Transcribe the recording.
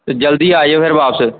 ਤਾਂ ਜਲਦੀ ਆ ਜਾਇਓ ਫਿਰ ਵਾਪਸ